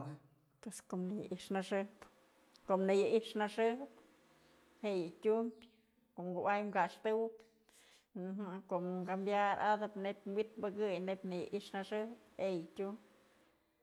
Pues ko'o në yai'ixnaxëjëb, ko'o në yai'ixnaxëjëb je'e yë tyum, ko'o kuay kaxtëwëbko'o kambiaratëp neyb wi'it pëkëy neyb në yai'ixnaxëjëb je'e yë tyum.